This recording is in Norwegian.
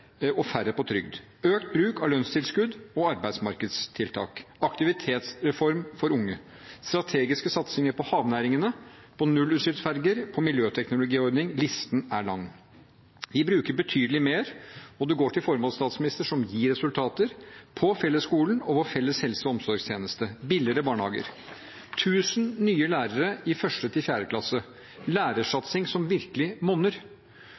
og færre på trygd, økt bruk av lønnstilskudd og arbeidsmarkedstiltak, aktivitetsreform for unge, strategiske satsinger på havnæringene, på nullutslippsferger, på miljøteknologiordning – listen er lang. Vi bruker betydelig mer, og det går til formål, statsminister, som gir resultater på fellesskolen og vår felles helse- og omsorgstjeneste og billigere barnehager. Vi har tusen nye lærere i 1–4. klasse, lærersatsing som virkelig monner,